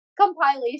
compilation